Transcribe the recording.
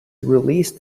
released